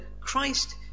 Christ